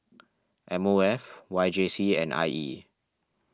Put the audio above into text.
M O F Y J C and I E